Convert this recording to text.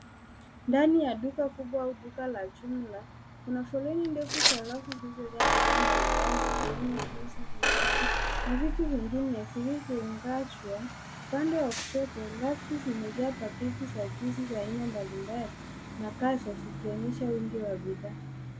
Ndani ya duka kubwa au duka la jumla. Kuna foleni ndefu za rafu zilizojaa bidhaa mbalimbali zikiwemo juisi, vinywaji na vitu vingine vilivyoungashwa. Upande wa kushoto rafu zimejaa paketi za juisi za aina mbalimbali, na kazo zikionyesha wingi wa bidhaa.